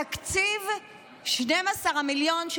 התקציב של 12 מיליון,